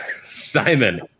Simon